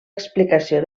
explicació